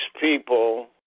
people